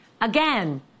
Again